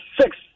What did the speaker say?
six